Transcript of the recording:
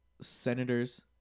senators